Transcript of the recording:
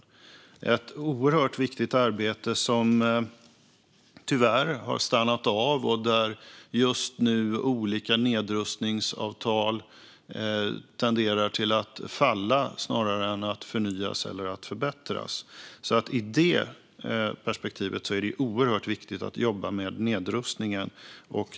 Det är ett mycket viktigt arbete som tyvärr har stannat av och där just nu olika nedrustningsavtal tenderar att falla snarare än förnyas och förbättras. I detta perspektiv är det oerhört viktigt att jobba med nedrustning.